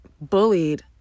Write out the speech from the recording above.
bullied